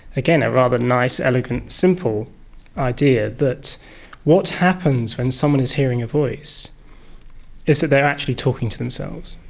again, a rather nice, elegant, simple idea that what happens when someone is hearing a voice is that they are actually talking to themselves.